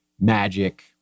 magic